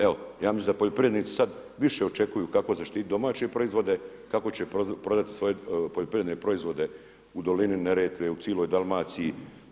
Evo, ja mislim da poljoprivrednici sad više očekuju kako zaštiti domaće proizvode, kako će prodati svoje poljoprivredne proizvode u dolini Neretve, u cijeloj Dalmaciji.